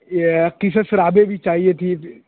یہ قصص رابع بھی چاہیے تھی